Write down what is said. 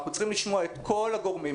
אנחנו צריכים לשמוע את כל הגורמים.